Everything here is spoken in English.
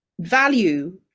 value